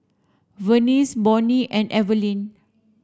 Vernice Bonny and Evelyn